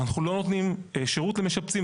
אנחנו לא נותנים שירות למשפצים.